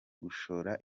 gushora